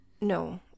no